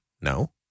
no